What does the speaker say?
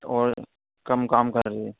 اور کم کام کر رہی ہے